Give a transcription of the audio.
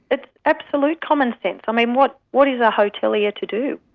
it's absolute commonsense. i mean what what is a hotelier to do?